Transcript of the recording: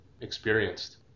experienced